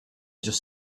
just